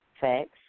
facts